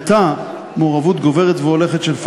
נגד סילבן שלום,